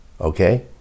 okay